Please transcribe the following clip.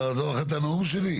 אתה לא זוכר את הנאום שלי?